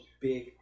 big